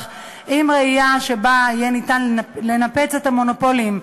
עם ראייה שבה יהיה אפשר לנפץ את המונופולים,